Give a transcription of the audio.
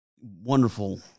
wonderful